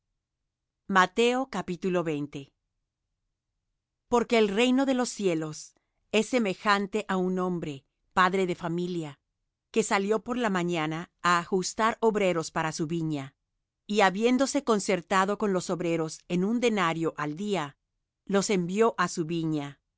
y postreros primeros porque el reino de los cielos es semejante á un hombre padre de familia que salió por la mañana á ajustar obreros para su viña y habiéndose concertado con los obreros en un denario al día los envió á su viña y